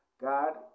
God